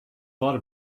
thought